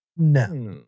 No